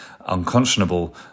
unconscionable